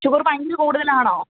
sugar ഭയങ്കര കൂടുതൽ ആണോ